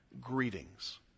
greetings